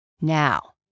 Now